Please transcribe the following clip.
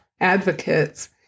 advocates